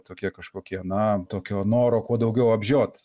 tokie kažkokie na tokio noro kuo daugiau apžiot